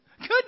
Good